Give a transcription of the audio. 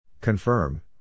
Confirm